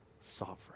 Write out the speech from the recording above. sovereign